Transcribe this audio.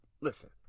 listen